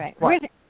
right